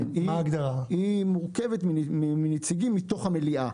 היא מורכבת מנציגים מתוך המליאה.